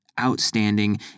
outstanding